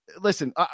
listen